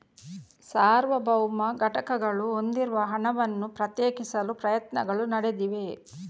ಸಾರ್ವಭೌಮ ಘಟಕಗಳು ಹೊಂದಿರುವ ಹಣವನ್ನು ಪ್ರತ್ಯೇಕಿಸಲು ಪ್ರಯತ್ನಗಳು ನಡೆದಿವೆ